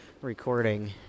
recording